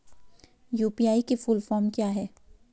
UPI की full form क्या है?